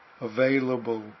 available